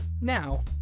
Now